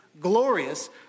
glorious